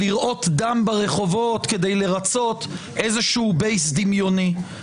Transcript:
לראות דם ברחובות כדי לרצות איזשהו "בייס" דמיוני.